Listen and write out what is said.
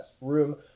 room